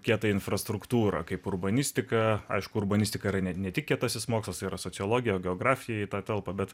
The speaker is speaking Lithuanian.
kietą infrastruktūrą kaip urbanistika aišku urbanistika yra ne ne tik kietasis mokslas tai yra sociologija geografija į telpa bet